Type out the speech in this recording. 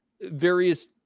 various